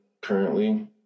currently